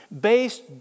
based